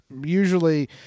usually